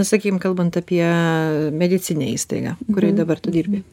nu sakykim kalbant apie medicininę įstaigą kurioj dabar tu dirbi